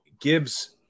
Gibbs